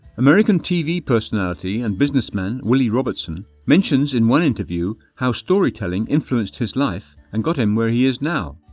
american tv personality and businessman willie robertson mentions in one interview how story-telling influenced his life and got him where he is now.